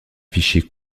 fichier